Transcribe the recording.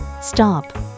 Stop